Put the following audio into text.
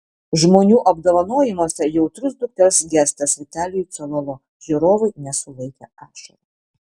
žmonių apdovanojimuose jautrus dukters gestas vitalijui cololo žiūrovai nesulaikė ašarų